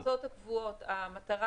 מטרת